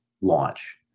launch